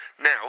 Now